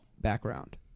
background